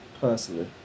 Personally